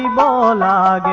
la la